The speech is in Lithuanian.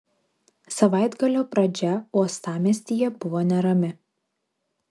savaitgalio pradžia uostamiestyje buvo nerami